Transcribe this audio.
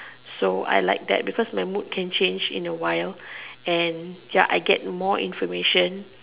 so I like that because my mood can change in a while and I get more information